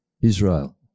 Israel